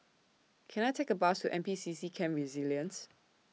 Can I Take A Bus to N P C C Camp Resilience